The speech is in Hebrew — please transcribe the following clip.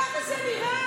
ככה זה נראה.